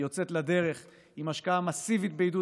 היא יוצאת לדרך עם השקעה מסיבית בעידוד